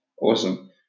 Awesome